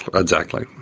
exactly,